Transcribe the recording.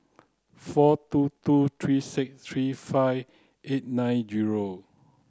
four two two three six three five eight nine zero